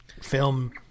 film